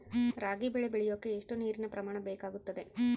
ರಾಗಿ ಬೆಳೆ ಬೆಳೆಯೋಕೆ ಎಷ್ಟು ನೇರಿನ ಪ್ರಮಾಣ ಬೇಕಾಗುತ್ತದೆ?